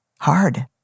Hard